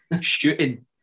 shooting